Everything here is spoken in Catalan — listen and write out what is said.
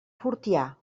fortià